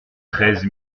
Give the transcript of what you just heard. treize